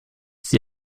sie